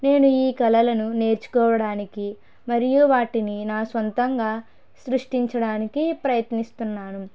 నేను ఈ కళలను నేర్చుకోవడానికి మరియు వాటిని నా స్వంతంగా సృష్టించడానికి ప్రయత్నిస్తున్నాను